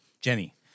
Jenny